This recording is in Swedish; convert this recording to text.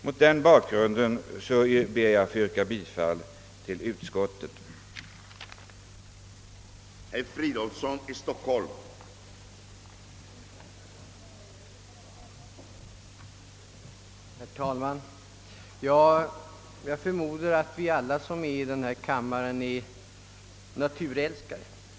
Mot den bakgrunden ber jag att få yrka bifall till utskottets hemställan.